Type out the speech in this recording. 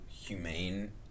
humane